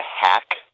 hack